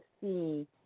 see